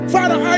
Father